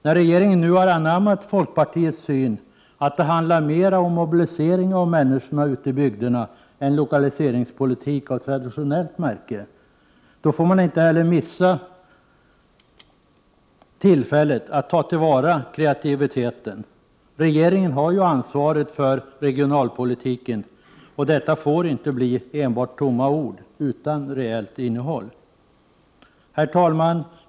När regeringen nu har anammat folkpartiets syn att det handlar mera om mobilisering av människorna ute i bygderna än lokaliseringspolitik av traditionellt märke, får man inte missa tillfället att ta till vara kreativiteten. Regeringen har ju ansvaret för regionalpolitiken, och detta får inte bli enbart tomma ord utan reellt innehåll. Herr talman!